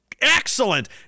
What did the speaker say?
Excellent